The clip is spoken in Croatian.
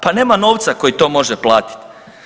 Pa nema novca koji to može platiti.